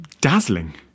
dazzling